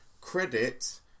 credit